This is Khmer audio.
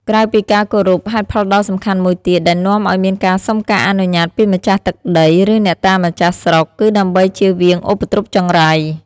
ក្រៅពីការគោរព ហេតុផលដ៏សំខាន់មួយទៀតដែលនាំឱ្យមានការសុំការអនុញ្ញាតពីម្ចាស់ទឹកដី ឬអ្នកតាម្ចាស់ស្រុក គឺដើម្បីជៀសវាងឧបទ្រពចង្រៃ។